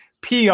PR